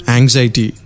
Anxiety